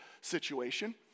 situation